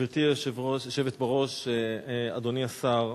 גברתי היושבת-ראש, אדוני השר,